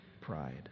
pride